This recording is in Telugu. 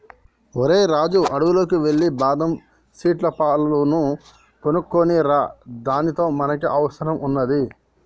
ఓరై రాజు అడవిలోకి ఎల్లి బాదం సీట్ల పాలును తీసుకోనిరా దానితో మనకి అవసరం వున్నాది